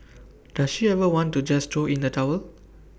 does she ever want to just throw in the towel